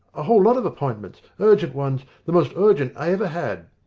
a whole lot of appointments, urgent ones, the most urgent i ever had.